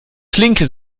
flinke